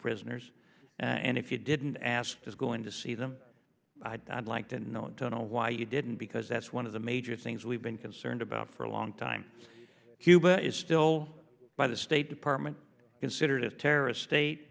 prisoners and if you didn't ask is going to see them i'd like to know to know why you didn't because that's one of the major things we've been concerned about for a long time cuba is still by the state department considered as a terrorist state